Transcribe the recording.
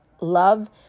Love